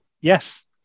Yes